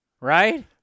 right